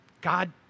God